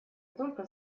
только